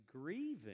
grieving